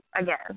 again